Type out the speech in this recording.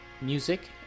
Music